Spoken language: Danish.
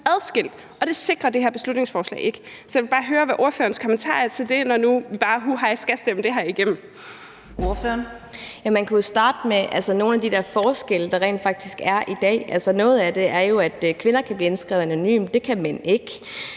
adskilt? Det sikrer det her beslutningsforslag ikke, så jeg vil bare høre, hvad ordførerens kommentar er til det, når nu vi bare hu hej skal stemme det her igennem. Kl. 18:56 Fjerde næstformand (Karina Adsbøl): Ordføreren. Kl. 18:56 Susie Jessen (DD): Man kunne jo starte med nogle af de der forskelle, der rent faktisk er i dag. Altså, noget af det er jo, at kvinder kan blive indskrevet anonymt; det kan mænd ikke.